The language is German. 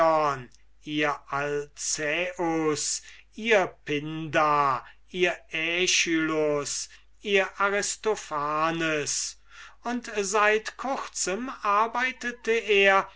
ihr alcäus ihr pindar ihr aeschylus ihr aristophanes und seit kurzem arbeitete er